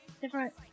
Different